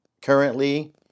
currently